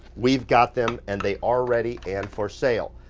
we've got them and they are ready and for sale.